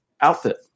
outfit